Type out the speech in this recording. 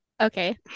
Okay